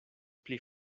pli